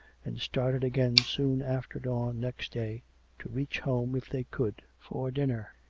and started again soon after dawn next day to reach home, if they could, for dinner.